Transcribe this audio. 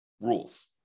rules